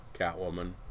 Catwoman